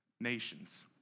nations